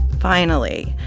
finally,